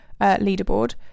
leaderboard